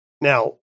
Now